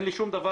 אין לי שום דבר,